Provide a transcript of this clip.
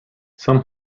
some